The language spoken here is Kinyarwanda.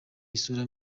isura